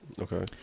Okay